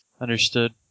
Understood